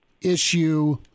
issue